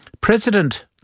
President